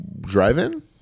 drive-in